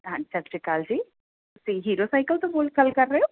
ਸਤਿ ਸ੍ਰੀ ਅਕਾਲ ਜੀ ਤੁਸੀਂ ਹੀਰੋ ਸਾਈਕਲ ਤੋਂ ਹੋ ਗੱਲ ਕਰ ਰਹੇ ਹੋ